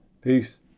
Peace